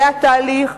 זה התהליך,